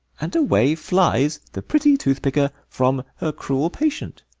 and away flies the pretty tooth-picker from her cruel patient.